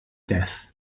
death